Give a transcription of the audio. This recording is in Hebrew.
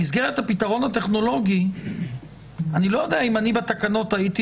במסגרת הפתרון הטכנולוגי אני לא יודע אם בתקנות הייתי